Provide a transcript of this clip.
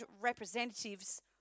representatives